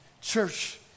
Church